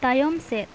ᱛᱟᱭᱚᱢ ᱥᱮᱫ